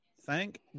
thank